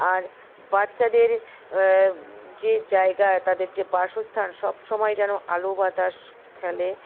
আর বাচ্চাদের যে জায়গা তাদের যে বাসস্থান সব সময় যেন আলো বাতাস ফেলে